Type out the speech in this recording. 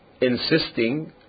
insisting